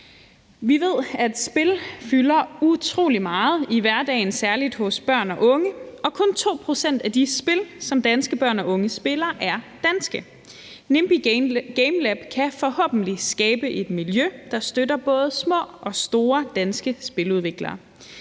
Vi ved, at spil fylder utrolig meget i hverdagen, særlig hos børn og unge, og kun 2 pct. af de spil, som danske børn og unge spiller, er danske. Nimbi Gamelab kan forhåbentlig skabe et miljø, der støtter både små og store danske spiludviklere.